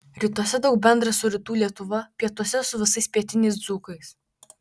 rytuose daug bendra su rytų lietuva pietuose su visais pietiniais dzūkais